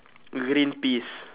green peas